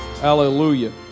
hallelujah